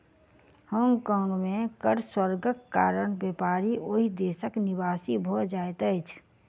Hong Kong में कर स्वर्गक कारण व्यापारी ओहि देशक निवासी भ जाइत अछिं